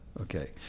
okay